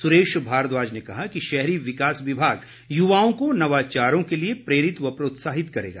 सुरेश भारद्वाज ने कहा कि शहरी विकास विभाग युवाओं को नवाचारों के लिए प्रेरित व प्रोत्साहित करेगा